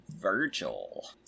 Virgil